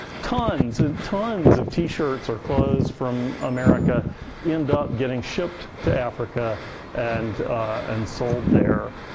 tons and tons of t-shirts or clothes from america end up getting shipped to africa and and sold there.